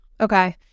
Okay